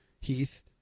Heath